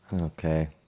Okay